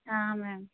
हाँ मैम